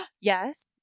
Yes